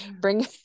bring